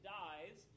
dies –